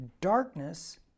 darkness